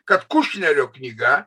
kad kušnerio knyga